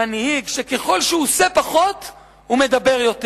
מנהיג שככל שהוא עושה פחות הוא מדבר יותר.